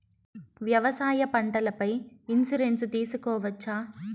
వ్యవసాయ పంటల పై ఇన్సూరెన్సు తీసుకోవచ్చా?